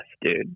dude